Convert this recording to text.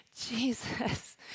Jesus